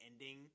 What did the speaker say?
ending